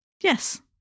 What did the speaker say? Yes